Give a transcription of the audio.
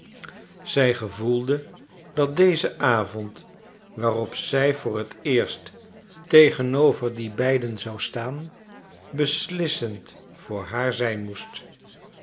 zij gevoelde dat deze avond waarop zij voor het eerst tegenover die beiden zou staan beslissend voor haar zijn moest